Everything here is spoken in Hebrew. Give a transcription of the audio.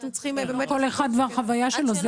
כל אחד והחוויה שלו,